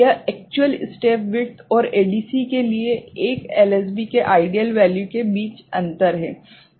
यह actual step width और ADC के लिए 1 एलएसबी के आइडियल वैल्यू के बीच अंतर है